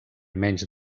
menys